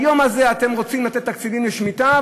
היום הזה אתם רוצים לתת תקציבים לשמיטה,